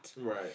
Right